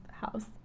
house